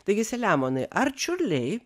taigi selemonai ar čiurliai